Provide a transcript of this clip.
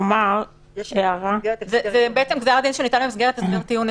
-- -זה בעצם גזר דין שניתן במסגרת הסכם טיעון,